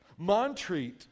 Montreat